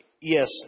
yes